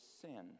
sin